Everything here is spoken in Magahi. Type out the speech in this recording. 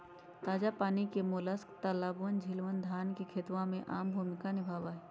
ताजा पानी के मोलस्क तालाबअन, झीलवन, धान के खेतवा में आम भूमिका निभावा हई